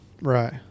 right